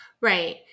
Right